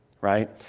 right